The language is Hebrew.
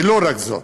ולא רק זאת,